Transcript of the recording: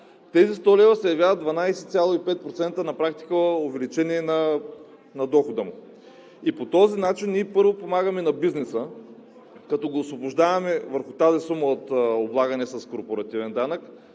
тези 100 лв. се явяват 12,5% на практика увеличение на дохода му. И по този начин ние, първо, помагаме на бизнеса, като го освобождаваме върху тази сума от облагане с корпоративен данък,